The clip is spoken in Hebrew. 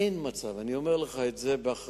אין מצב, אני אומר לך, זה באחריות,